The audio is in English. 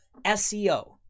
seo